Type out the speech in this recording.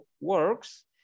works